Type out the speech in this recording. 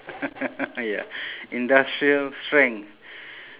ya industrial strength